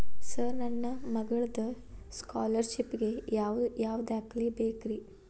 Sir ನನ್ನ ಮಗ್ಳದ scholarship ಗೇ ಯಾವ್ ಯಾವ ದಾಖಲೆ ಬೇಕ್ರಿ?